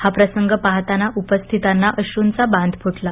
हा प्रंसग पाहताना उपस्थितांना अश्रूंचा बांध फुटला